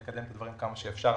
כדי לקדם את הדברים כמה שאפשר,